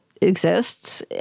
exists